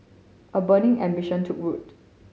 a burning ambition took root